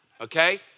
okay